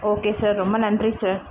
okay sir ரொம்ப நன்றி sir